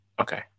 okay